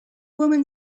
woman